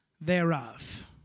thereof